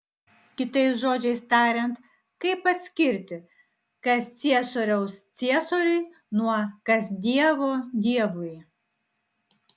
kitais žodžiais tariant kaip atskirti kas ciesoriaus ciesoriui nuo kas dievo dievui